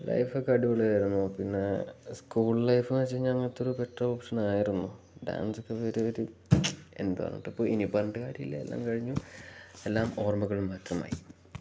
life ഒക്കെ അടിപൊളി ആയിരുന്നു പിന്നെ സ്കൂൾ ലൈഫ് എന്ന് വെച്ച് കഴിഞ്ഞാൽ അങ്ങനത്തൊരു ബെറ്റർ ഓപ്ഷന ആയിരുന്നു ഡാൻസ് ഒക്കെ വരുക ഒരു എന്ത് പറഞ്ഞിട്ട് ഇപ്പം ഇനി പറഞ്ഞിട്ട് കാര്യമില്ല എല്ലാം കഴിഞ്ഞു എല്ലാം ഓർമ്മകളും മാത്രമായി